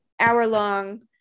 hour-long